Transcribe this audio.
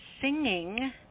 singing